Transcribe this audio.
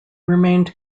remained